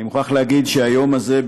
אני מוכרח להגיד שהיום הזה,